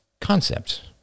concept